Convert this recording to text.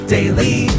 Daily